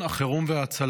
החירום וההצלה,